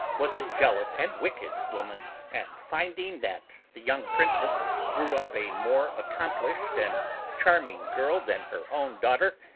was a jeal ous and wicked woman, and finding that the young princess grew up a more accomplished and charming girl than her own daughter,